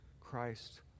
Christ